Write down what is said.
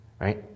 Right